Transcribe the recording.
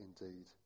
indeed